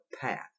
path